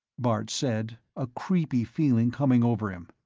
bart said, a creepy feeling coming over him.